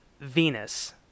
Venus